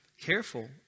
careful